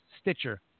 Stitcher